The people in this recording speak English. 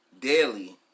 daily